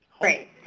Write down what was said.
great